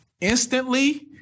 instantly